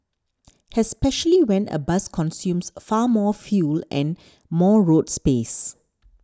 especially when a bus consumes far more fuel and more road space